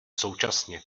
současně